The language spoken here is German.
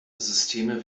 systeme